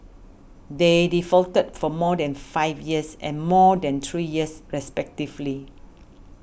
they defaulted for more than five years and more than three years respectively